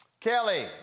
Kelly